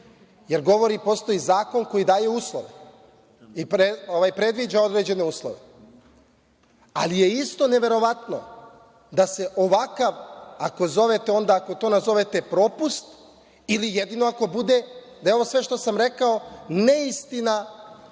jer postoji zakon koji daje uslove i predviđa određene uslove, ali je isto neverovatno da se ovakav, ako to nazovete propust, ili jedino ako bude da je sve ovo što sam rekao neistina,